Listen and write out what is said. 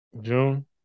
June